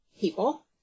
people